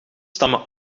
stammen